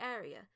area